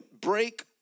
break